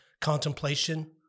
contemplation